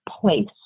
place